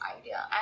idea